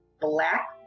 black